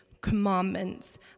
commandments